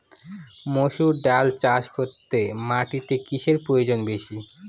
মুসুর ডাল চাষ করতে মাটিতে কিসে প্রয়োজন বেশী?